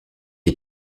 est